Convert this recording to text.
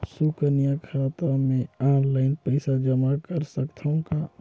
सुकन्या खाता मे ऑनलाइन पईसा जमा कर सकथव का?